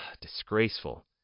Disgraceful